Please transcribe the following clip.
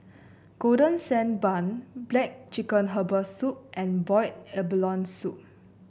Golden Sand Bun black chicken Herbal Soup and Boiled Abalone Soup